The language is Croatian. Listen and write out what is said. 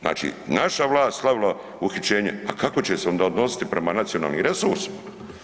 Znači naša vlast slavila uhićenje, a kako će se onda odnositi prema nacionalnim resursima?